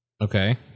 Okay